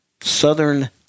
Southern